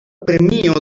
premio